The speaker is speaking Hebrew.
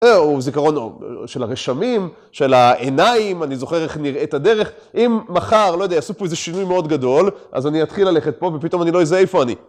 או זיכרון של הרשמים, של העיניים, אני זוכר איך נראית הדרך, אם מחר, לא יודע, יעשו פה איזה שינוי מאוד גדול, אז אני אתחיל ללכת פה ופתאום אני לא אזהה איפה אני